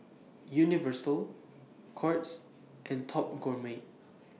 Universal Courts and Top Gourmet